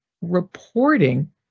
reporting